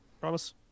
Promise